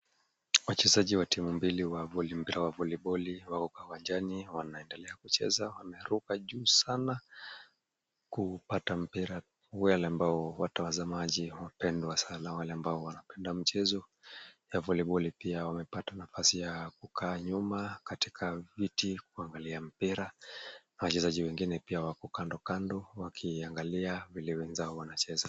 Wacheza wa timu mbili wa mpira wa voliboli wako uwanjani wanaendelea kucheza, wameruka juu sana kupata mpira, wale ambao watazamaji , wapendwa sana, wale ambao wanapenda mchezo ya voliboli pia wamepata nafasi ya kukaa nyuma katika viti kuangalia mpira, wachezaji wengine pia wako kando kando wakiangalia vile wenzao wanacheza.